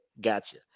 gotcha